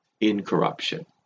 incorruption